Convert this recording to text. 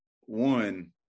one